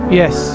yes